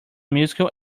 musical